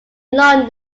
london